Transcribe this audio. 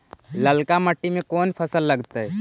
ललका मट्टी में कोन फ़सल लगतै?